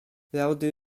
rowdy